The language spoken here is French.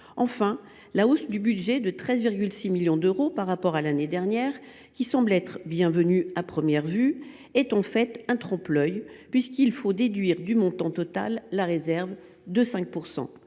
Enfin, la hausse du budget, de 13,6 millions d’euros par rapport à l’année dernière, semble bienvenue. Mais elle est en trompe l’œil, puisqu’il faut déduire du montant total la réserve de 5